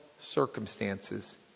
circumstances